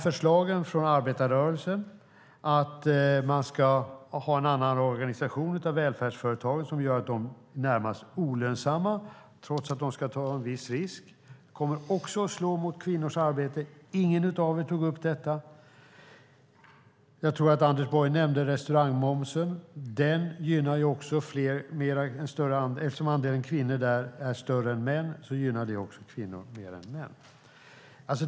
Förslagen från arbetarrörelsen om att man ska ha en annan organisation av välfärdsföretagen som gör dem närmast olönsamma trots att de ska ta en viss risk kommer också att slå mot kvinnors arbete. Ingen av er tog upp detta. Jag tror att Anders Borg nämnde sänkningen av restaurangmomsen. Eftersom andelen kvinnor inom denna bransch är större än andelen män gynnar denna sänkning kvinnor mer än män.